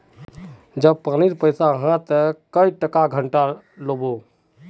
जब पानी पैसा हाँ ते कई टका घंटा लो होबे?